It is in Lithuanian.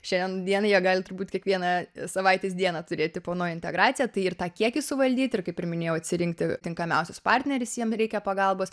šiandien dienai jie gali turbūt kiekvieną savaitės dieną turėti po naują integraciją tai ir tą kiekį suvaldyt ir kaip ir minėjau atsirinkti tinkamiausius partnerius jiem reikia pagalbos